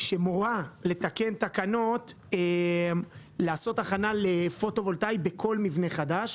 שמורה לתקן תקנות לעשות הכנה לפוטו-וולטאי בכל מבנה חדש,